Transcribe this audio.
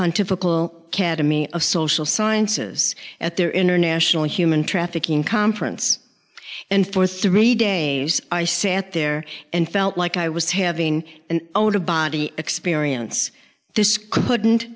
of social sciences at their international human trafficking conference and for three days i sat there and felt like i was having an ode of body experience this couldn't